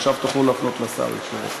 עכשיו תוכלו להפנות לשר ישירות.